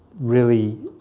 really